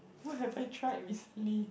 who have a try recently